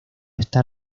está